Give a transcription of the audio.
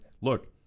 look